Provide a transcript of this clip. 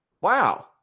Wow